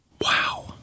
Wow